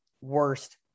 worst